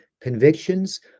Convictions